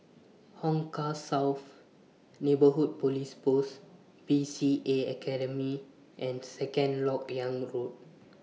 Hong Kah South Neighbourhood Police Post B C A Academy and Second Lok Yang Road